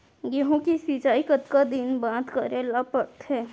गेहूँ के सिंचाई कतका दिन बाद करे ला पड़थे?